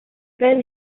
then